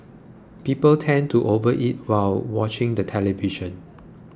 people tend to overeat while watching the television